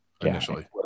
initially